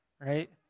right